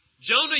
Jonah